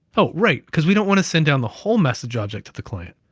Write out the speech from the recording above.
oh right, because we don't want to send down the whole message object to the client.